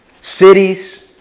cities